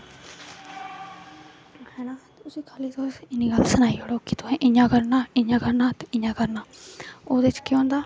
है ना उसी खाली तुस इसी सनाई ओड़ो कि तुसे इयां करना इयां करना ते इयां करना ओहदे च के्ह होंदा